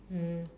mm